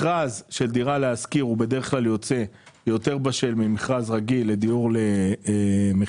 מכרז של דירה להשכיר יוצא בשל יותר ממכרז לדיור למכירה,